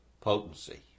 potency